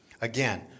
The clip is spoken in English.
Again